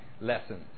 Lessons